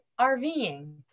RVing